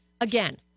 again